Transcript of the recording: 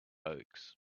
oaks